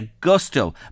gusto